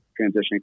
transitioning